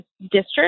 district